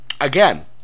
Again